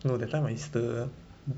no that time my sister